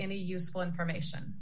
any useful information